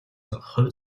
хувь